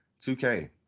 2K